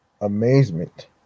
amazement